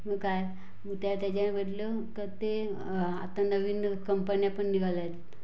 मग काय मग त्या त्याच्यामधलं क ते आता नवीन कंपन्या पण निघाल्या आहेत